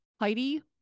Heidi